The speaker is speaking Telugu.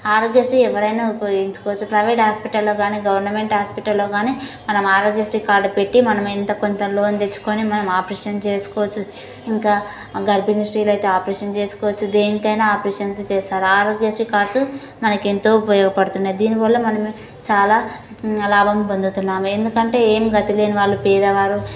ఆరోగ్యశ్రీ ఎవరైనా ఉపయోగించుకోవచ్చు ప్రైవేట్ హాస్పిటల్లో కానీ గవర్నమెంట్ హాస్పిటల్లో మనం ఆరోగ్యశ్రీ కార్డు పెట్టి మనం ఎంతోకొంత లోన్ తెచ్చుకోని మనం ఆపరేషన్ చేసుకోవచ్చు ఇంకా గర్భిణీ స్త్రీలు అయితే ఆపరేషన్ చేసుకోవచ్చు దేనికైనా ఆపరేషన్ చేస్తారు ఆరోగ్యశ్రీ కార్డ్స్ మనకు ఎంతో ఉపయోగపడుతున్నాయి దీనివల్ల మనం చాలా లాభం పొందుతున్నాము ఎందుకంటే ఏం గతి లేని వాళ్ళు పేదవాళ్ళు